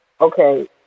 okay